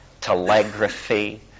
telegraphy